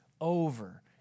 over